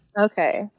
Okay